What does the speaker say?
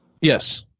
yes